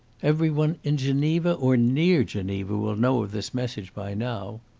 every one in geneva or near geneva will know of this message by now.